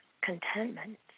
contentment